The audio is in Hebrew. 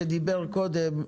שדיבר קודם,